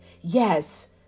Yes